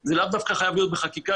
זה לאו דווקא חייב להיות בחקיקה,